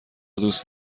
دوست